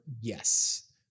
yes